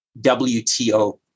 WTO